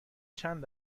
چند